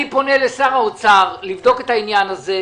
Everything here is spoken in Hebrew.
אני פונה לשר האוצר, לבדוק את זה.